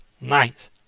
ninth